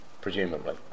presumably